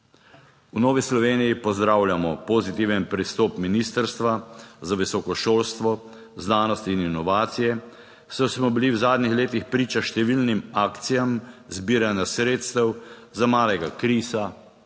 V Novi Sloveniji pozdravljamo pozitiven pristop Ministrstva za visoko šolstvo, znanost in inovacije, saj smo bili v zadnjih letih priča številnim akcijam zbiranja sredstev za malega Krisa,